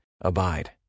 Abide